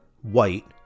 White